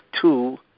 two